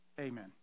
Amen